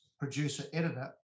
producer-editor